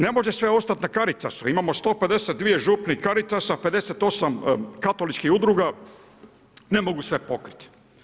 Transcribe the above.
Ne može sve ostati na Caritasu, imamo 152 župnih Caritasa, 58 katoličkih udruga, ne mogu sve pokriti.